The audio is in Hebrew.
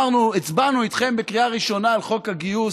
הצבענו איתכם בקריאה ראשונה על חוק הגיוס,